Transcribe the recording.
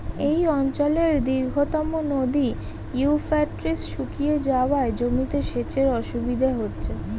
এই অঞ্চলের দীর্ঘতম নদী ইউফ্রেটিস শুকিয়ে যাওয়ায় জমিতে সেচের অসুবিধে হচ্ছে